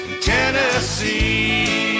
Tennessee